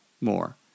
more